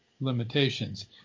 limitations